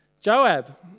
joab